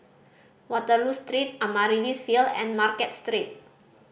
Waterloo Street Amaryllis Ville and Market Street